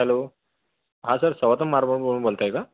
hello हा sir सवता मार्बलमधून बोलत आहे का